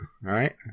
Right